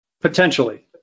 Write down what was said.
Potentially